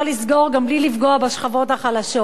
לסגור גם בלי לפגוע בשכבות החלשות.